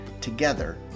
together